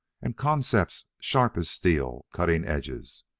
and concepts sharp as steel cutting-edges.